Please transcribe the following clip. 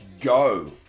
go